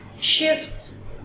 shifts